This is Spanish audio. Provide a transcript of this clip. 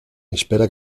espera